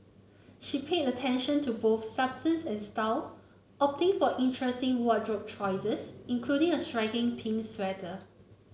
she paid attention to both substance and style opting for interesting wardrobe choices including a striking pink sweater